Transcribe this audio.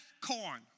corn